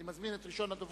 אני מזמין את ראשון הדוברים,